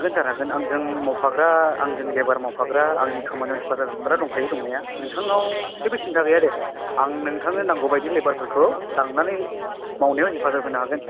हागोन सार हागोन आंजों मावफाग्रा आंजों लेबार मावफाग्रा आंनि खामानियाव हेफाजाब होफाग्रा दंखायो दंनाया नोंथांनाव जेबो सिन्था गैया दे आं नोंथांनो नांगौ बायदि लेबारफोरखौ लांनानै मावनायाव हेफाजाब होनो हागोन